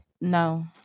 No